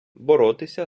боротися